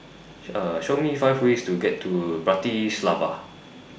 Show Me five ways to get to Bratislava